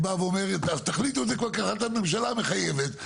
תחליטו את זה כהחלטת ממשלה מחייבת,